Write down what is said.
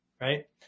right